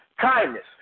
kindness